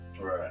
Right